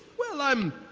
well, i'm,